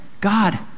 God